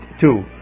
two